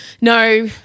no